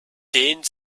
dehnt